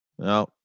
No